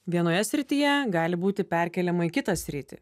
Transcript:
vienoje srityje gali būti perkeliama į kitą sritį